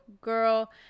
girl